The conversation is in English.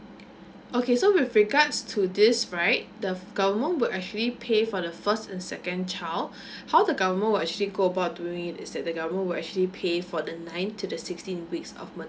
okay so with regards to this right the government will actually pay for the first and second child how the government will actually go about doing it is that the government will actually pay for the ninth to the sixteenth weeks of maternity